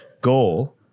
goal